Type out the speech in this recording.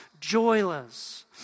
joyless